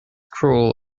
cruel